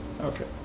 Okay